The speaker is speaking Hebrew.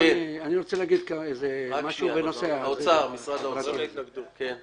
יש לנו